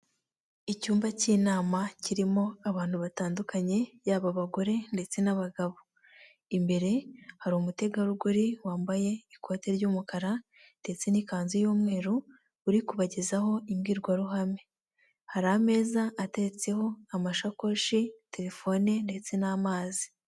Icyumba cy'inama kirimo abantu batandukanye, yaba abagore ndetse n'abagabo. Imbere hari umutegarugori wambaye ikote ry'umukara ndetse n'ikanzu y'umweru uri kubagezaho imbwirwaruhame. Hari ameza ateretseho amashakoshi, terefone ndetse n'amazi.